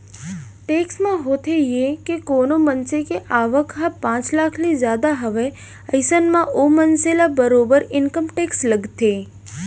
tax म होथे ये के कोनो मनसे के आवक ह पांच लाख ले जादा हावय अइसन म ओ मनसे ल बरोबर इनकम टेक्स लगथे